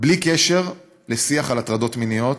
בלי קשר לשיח על הטרדות מיניות,